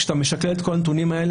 כאשר אתה משקלל את כל הנתונים האלה,